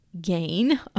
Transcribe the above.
gain